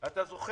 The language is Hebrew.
זה אומר